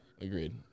agreed